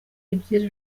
ibyiza